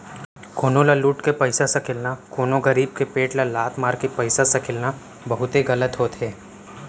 कोनो ल लुट के पइसा सकेलना, कोनो गरीब के पेट ल लात मारके पइसा सकेलना बहुते गलत होथे